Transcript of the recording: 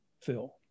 Phil